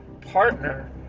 partner